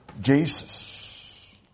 Jesus